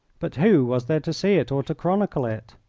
but who was there to see it or to chronicle it?